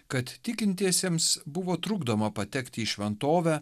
kad tikintiesiems buvo trukdoma patekti į šventovę